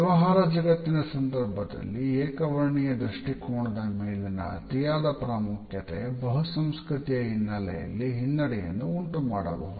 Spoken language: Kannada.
ವ್ಯವಹಾರ ಜಗತ್ತಿನ ಸಂದರ್ಭದಲ್ಲಿ ಏಕ ವರ್ಣೀಯ ದೃಷ್ಟಿಕೋನದ ಮೇಲಿನ ಅತಿಯಾದ ಪ್ರಾಮುಖ್ಯತೆ ಬಹುಸಂಸ್ಕೃತಿಯ ಹಿನ್ನೆಲೆಯಲ್ಲಿ ಹಿನ್ನಡೆಯನ್ನು ಉಂಟುಮಾಡಬಹುದು